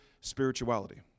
spirituality